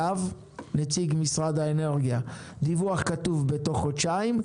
נציג משרד האנרגיה דיווח כתוב בתוך חודשיים.